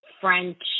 French